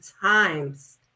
times